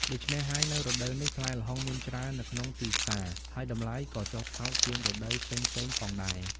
ដូច្នេះហើយ នៅរដូវនេះ ផ្លែល្ហុងមានច្រើននៅក្នុងទីផ្សារ ហើយតម្លៃក៏ចុះថោកជាងរដូវផ្សេងៗផងដែរ។